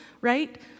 right